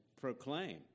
proclaim